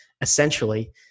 essentially